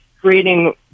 creating